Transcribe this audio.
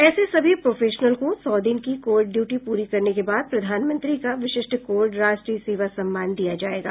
ऐसे सभी प्रोफेशनल को सौ दिन की कोविड ड्यूटी प्ररी करने के बाद प्रधानमंत्री का विशिष्ट कोविड राष्ट्रीय सेवा सम्मान दिया जाएगा